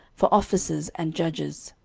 for officers and judges.